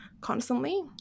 constantly